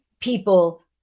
people